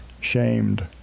shamed